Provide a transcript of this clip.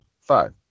Five